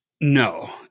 No